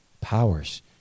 powers